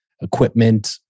equipment